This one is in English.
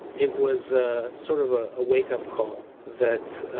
it was ah sort of a ah wakeup call that